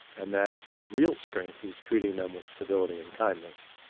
and that real strength is treating them with civility and kindness.